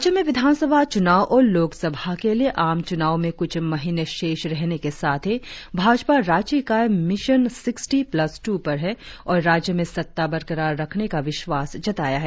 राज्य में विधानसभा चुनाव और लोक सभा के लिए आम चुनाव में कुछ महीने शेष रहने के साथ ही भाजपा राज्य इकाई मिशन सिक्सटी प्लस टू पर है और राज्य में सत्ता बरकरार रखने का विश्वास जताया है